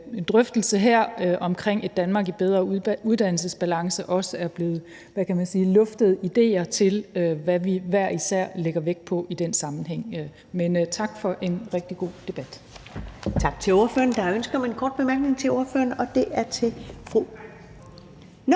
drøftelse her om et Danmark i bedre uddannelsesbalance også er blevet luftet idéer og givet udtryk for, hvad vi hver især lægger vægt på i den sammenhæng. Tak for en rigtig god debat.